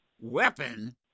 weapon